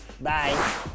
Bye